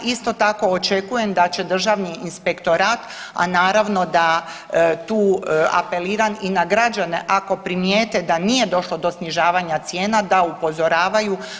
Isto tako očekujem da će Državni inspektorat, a naravno da tu apeliram i na građane ako primijete da nije došlo do snižavanja cijena da upozoravaju.